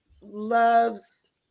loves